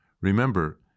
Remember